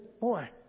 boy